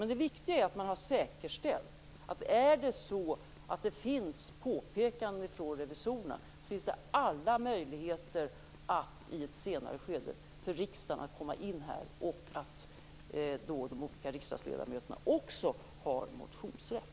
Men det viktiga är att man har säkerställt att det, om det är så att det finns påpekande från revisorerna, finns alla möjligheter för riksdagen att i ett senare skede komma in här. De olika riksdagsledamöterna har då också motionsrätt.